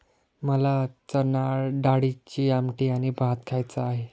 मला चणाडाळीची आमटी आणि भात खायचा आहे